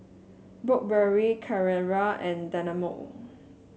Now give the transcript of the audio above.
Burberry Carrera and Dynamo